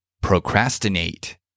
Procrastinate